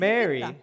Mary